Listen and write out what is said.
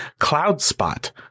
CloudSpot